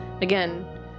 again